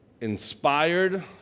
inspired